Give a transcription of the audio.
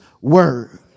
word